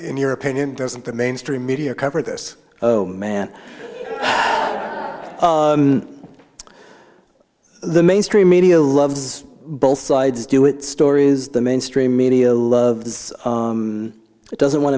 in your opinion doesn't the mainstream media cover this oh man the mainstream media loves both sides do it stories the mainstream media loves it doesn't want